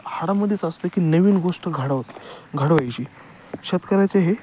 हाडामध्येच असतं की नवीन गोष्ट घडवत घडवायची शेतकऱ्याचे हे